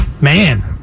Man